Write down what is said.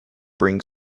bring